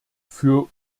für